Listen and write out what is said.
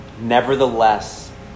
Nevertheless